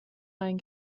ein